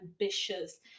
ambitious